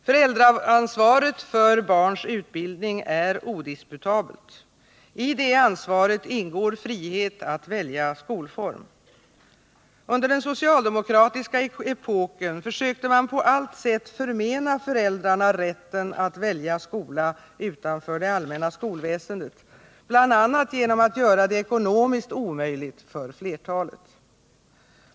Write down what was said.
Föräldraansvaret för barns utbildning är odisputabelt. I detta ansvar ingår frihet att välja skolform. Under den socialdemokratiska epoken försökte man på allt sätt förmena föräldrarna rätten att välja skola utanför det allmänna skolväsendet, bl.a. genom att göra det ekonomiskt omöjligt för flertalet.